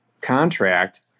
contract